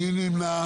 מי נמנע?